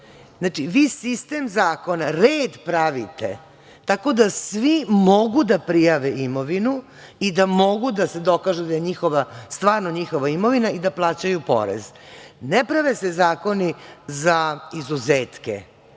porez. Znači, vi sistem zakona, red pravite, tako da svi mogu da prijave imovinu i da mogu da dokažu da je njihova imovina i da plaćaju porez. Ne prave se zakoni za izuzetke,